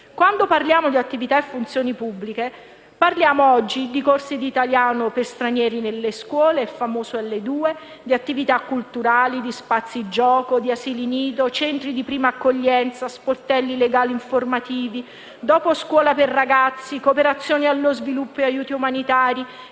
Quando parliamo di attività e funzioni pubbliche, parliamo oggi di corsi di italiano per stranieri nelle scuole (il famoso L2), attività culturali, spazi gioco, asili nido, centri di prima accoglienza, sportelli legali informativi, doposcuola per ragazzi, cooperazione allo sviluppo e aiuti umanitari,